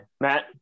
Matt